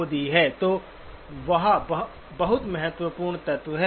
तो वह बहुत महत्वपूर्ण तत्व है